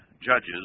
judges